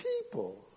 people